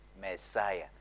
Messiah